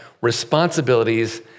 responsibilities